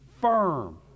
firm